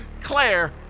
Claire